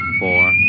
four